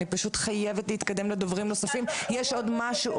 אפשר להגיד עוד מילה?